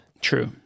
True